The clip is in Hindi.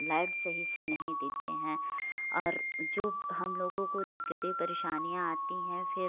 लाइट सही से नहीं देते हैं और जो हम लोगों को दिक्कते परेशानियाँ आती हैं फिर